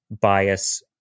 bias